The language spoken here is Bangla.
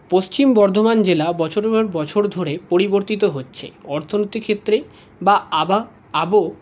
পশ্চিম বর্ধমান জেলা বছরের পর বছর ধরে পরিবর্তিত হচ্ছে অর্থনীতির ক্ষেত্রে বা আবা আবো